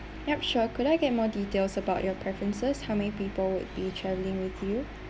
yup sure could I get more details about your preferences how many people would be travelling with you